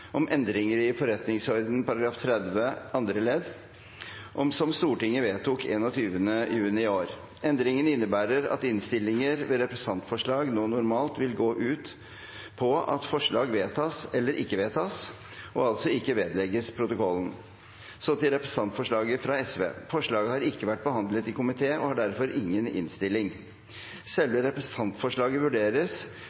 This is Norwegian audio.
om endringer i forretningsordenen § 30 andre ledd, som Stortinget vedtok 21. juni i år. Endringen innebærer at innstillinger ved representantforslag nå normalt vil gå ut på at forslag vedtas eller ikke vedtas, og altså ikke vedlegges protokollen. Så til representantforslaget fra Sosialistisk Venstreparti. Forslaget har ikke vært behandlet i komité og har derfor ingen innstilling.